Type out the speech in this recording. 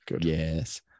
Yes